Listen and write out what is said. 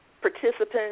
participants